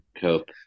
Cope